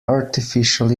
artificial